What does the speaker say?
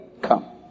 come